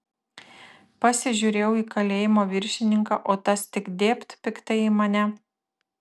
pasižiūrėjau į kalėjimo viršininką o tas tik dėbt piktai į mane